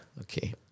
Okay